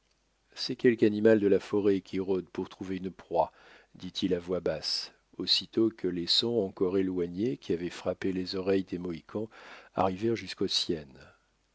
c'est quelque animal de la forêt qui rôde pour trouver une proie dit-il à voix basse aussitôt que les sons encore éloignés qui avaient frappé les oreilles des mohicans arrivèrent jusqu'aux